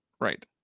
Right